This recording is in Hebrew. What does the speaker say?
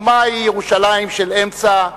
ומהי ירושלים של אמצע,